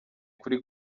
kuri